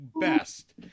best